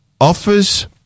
offers